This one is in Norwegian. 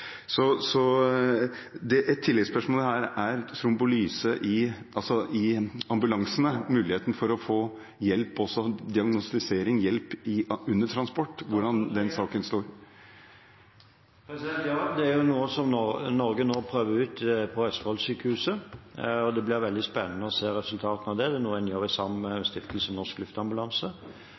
Et tilleggsspørsmål gjelder trombolyse i ambulansene, altså muligheten til å få diagnostisering og hjelp under transport – hvordan står den saken? Ja, det er noe Norge nå prøver ut på Sykehuset Østfold, og det blir veldig spennende å se resultatene av det. Det er noe en gjør i samarbeid med Stiftelsen Norsk Luftambulanse.